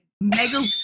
mega